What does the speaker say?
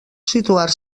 situar